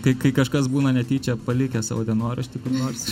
tai kai kažkas būna netyčia palikęs savo dienoraštį kur nors